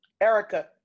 Erica